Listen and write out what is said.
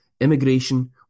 Immigration